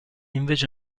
invece